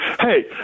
Hey